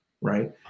right